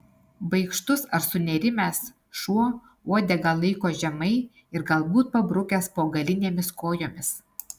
baikštus ar sunerimęs šuo uodegą laiko žemai ir galbūt pabrukęs po galinėmis kojomis